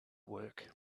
work